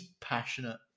passionate